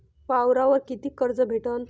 वावरावर कितीक कर्ज भेटन?